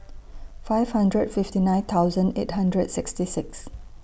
five hundred fifty nine thousand eight hundred sixty six